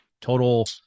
total